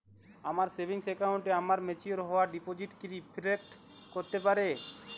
আমার সেভিংস অ্যাকাউন্টে আমার ম্যাচিওর হওয়া ডিপোজিট কি রিফ্লেক্ট করতে পারে?